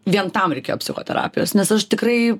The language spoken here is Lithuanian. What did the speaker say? vien tam reikėjo psichoterapijos nes aš tikrai